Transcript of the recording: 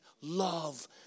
love